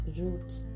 roots